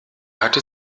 hatte